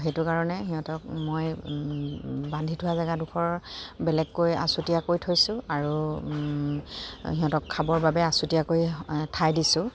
সেইটো কাৰণে সিহঁতক মই বান্ধি থোৱা জেগাডোখৰ বেলেগকৈ আঁচুতীয়াকৈ থৈছোঁ আৰু সিহঁতক খাবৰ বাবে আচুতীয়াকৈ ঠাই দিছোঁ